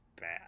bad